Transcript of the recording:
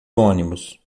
ônibus